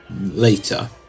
later